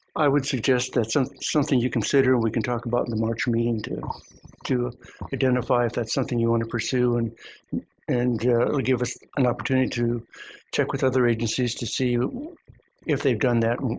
i would suggest that some something you consider we can talk about in the march meeting to to identify if that's something you want to pursue and the and it will give us an opportunity to check with other agencies to see if they've done that and